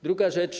Druga rzecz.